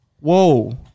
Whoa